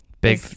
Big